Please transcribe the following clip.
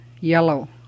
yellow